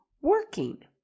working